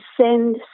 send